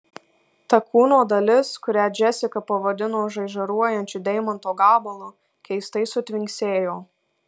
ta kūno dalis kurią džesika pavadino žaižaruojančiu deimanto gabalu keistai sutvinksėjo